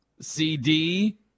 CD